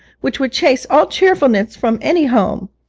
which would chase all cheerfulness from any home.